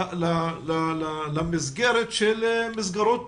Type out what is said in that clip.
למסגרת של מסגרות מוכרות,